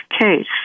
case